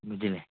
ବୁଝିଲେ